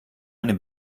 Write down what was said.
eine